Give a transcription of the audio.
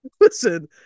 Listen